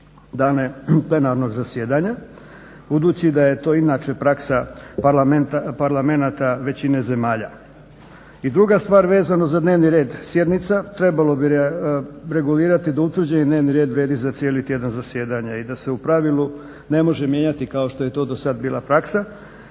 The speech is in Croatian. dane plenarnog zasjedanja budući da je to inače praksa parlamenata većine zemalja. I druga stvar vezano za dnevni red sjednica trebalo bi regulirati da utvrđeni dnevni red vrijedi za cijeli tjedan zasjedanja i da se u pravilu ne može mijenjati kao što je to do sad bila praksa